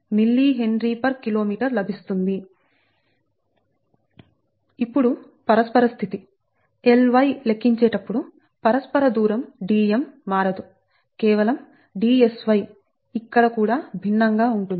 ఇప్పుడుపరస్పర స్థితి Ly లెక్కించేటప్పుడు పరస్పర దూరం Dm మారదు కేవలం Dsy ఇక్కడ కూడా భిన్నంగా ఉంటుంది